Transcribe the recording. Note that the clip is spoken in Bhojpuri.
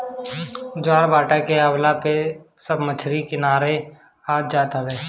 ज्वारभाटा के अवला पे सब मछरी के किनारे आ जात हवे